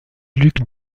luc